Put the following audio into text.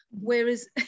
Whereas